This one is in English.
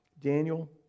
Daniel